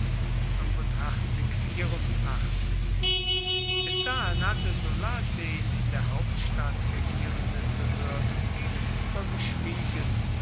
bis dahin hatte sulla den in der hauptstadt regierenden behörden gegenüber geschwiegen